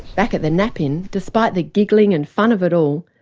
back at the nap-in despite the giggling and fun of it all,